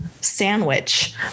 sandwich